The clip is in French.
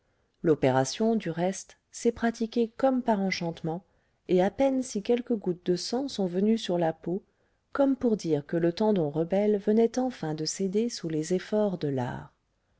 l'opération du reste s'est pratiquée comme par enchantement et à peine si quelques gouttes de sang sont venues sur la peau comme pour dire que le tendon rebelle venait enfin de céder sous les efforts de l'art